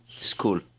school